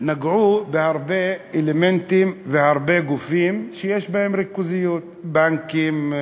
נגעו בהרבה אלמנטים והרבה גופים שיש בהם ריכוזיות: בנקים,